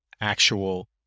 actual